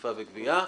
אכיפה וגבייה.